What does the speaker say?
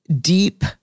deep